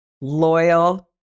loyal